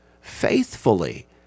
faithfully